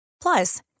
Plus